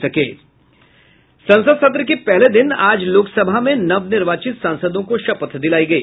संसद सत्र के पहले दिन आज लोकसभा में नवनिर्वाचित सांसदों को शपथ दिलायी गयी